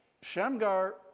shamgar